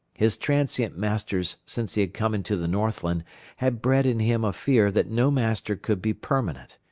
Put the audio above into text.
his transient masters since he had come into the northland had bred in him a fear that no master could be permanent.